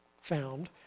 found